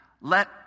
let